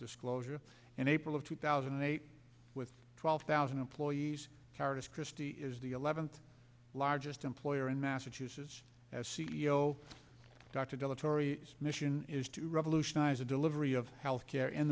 disclosure and april of two thousand and eight with twelve thousand employees keris christie is the eleventh largest employer in massachusetts as c e o dr dilatory mission is to revolutionize the delivery of health care in